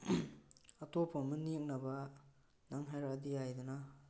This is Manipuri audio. ꯑꯇꯣꯞꯄ ꯑꯃ ꯅꯦꯛꯅꯕ ꯅꯪ ꯍꯥꯏꯔꯛꯑꯗꯤ ꯌꯥꯏꯗꯅ